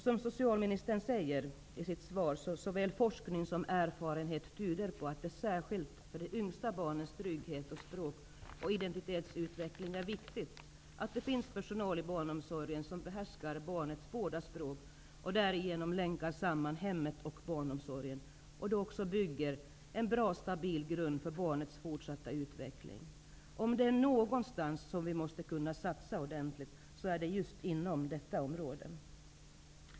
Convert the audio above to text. Som socialministern säger i sitt svar tyder såväl forskning som erfarenhet på att det särskilt för de yngsta barnens trygghet, språk och identitetsutveckling är viktigt att det finns personal i barnomsorgen som behärskar barnets båda språk och därigenom länkar samman hemmet och barnomsorgen och bygger en bra och stabil grund för barnets fortsatta utveckling. Om det är någonstans som vi måste kunna satsa ordentligt är det just inom detta område.